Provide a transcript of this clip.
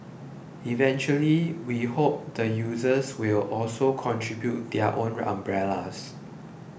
eventually we hope the users will also contribute their own umbrellas